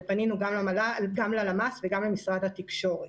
ופנינו גם ללמ"ס וגם למשרד התקשורת.